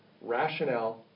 rationale